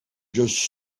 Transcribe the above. just